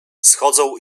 schodzą